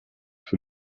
für